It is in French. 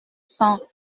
cent